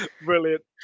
Brilliant